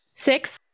Six